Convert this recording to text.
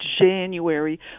January